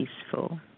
peaceful